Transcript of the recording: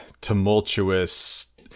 tumultuous